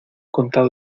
contado